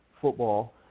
football